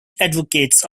advocates